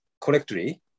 correctly